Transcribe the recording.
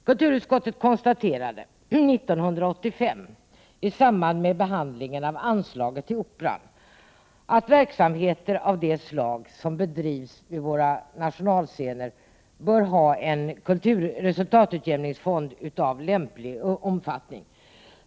Kulturutskottet konstaterade 1985 i samband med behandlingen av anslaget till Operan, att verksamheter av det slag som bedrivs vid våra nationalscener bör ha en resultatutjämningsfond av lämplig omfattning.